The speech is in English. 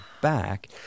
back